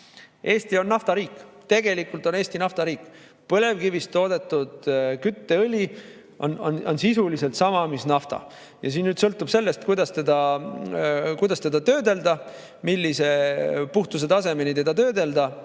Eesti on naftariik. Tegelikult on Eesti naftariik! Põlevkivist toodetud kütteõli on sisuliselt sama mis nafta. Siin nüüd sõltub sellest, kuidas teda töödelda, millise puhtusetasemeni teda töödelda.